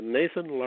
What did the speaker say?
Nathan